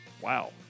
Wow